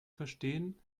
verstehen